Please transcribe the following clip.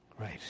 Right